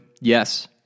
yes